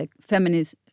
feminist